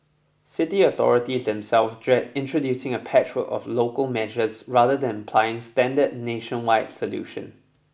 city authorities themselves dread introducing a patchwork of local measures rather than applying a standard nationwide solution